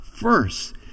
first